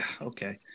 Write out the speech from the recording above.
okay